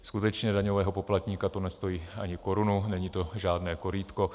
Skutečně daňového poplatníka to nestojí ani korunu, není to žádné korýtko.